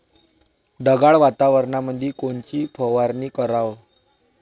ढगाळ वातावरणामंदी कोनची फवारनी कराव?